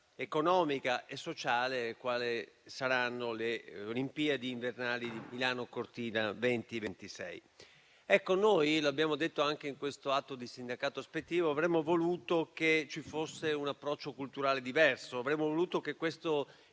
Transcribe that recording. economica e sociale quali saranno le Olimpiadi invernali Milano-Cortina 2026. Come abbiamo detto anche nell'atto di sindacato ispettivo, avremmo voluto che ci fosse un approccio culturale diverso; avremmo voluto che questo